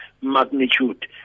magnitude